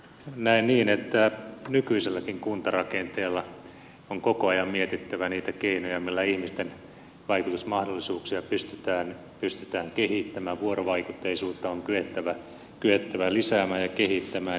näen niin että nykyiselläkin kuntarakenteella on koko ajan mietittävä niitä keinoja millä ihmisten vaikutusmahdollisuuksia pystytään kehittämään vuorovaikutteisuutta on kyettävä lisäämään ja kehittämään